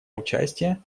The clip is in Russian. участие